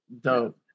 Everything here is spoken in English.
Dope